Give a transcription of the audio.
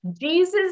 Jesus